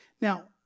Now